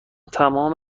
تمام